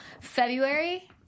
February